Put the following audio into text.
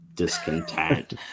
discontent